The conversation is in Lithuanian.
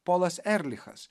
polas erlichas